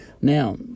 Now